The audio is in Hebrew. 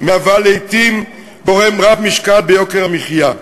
מהווה לעתים גורם רב-משקל ביוקר המחיה.